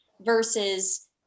versus